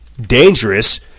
dangerous